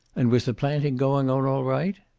and was the planting going on all right?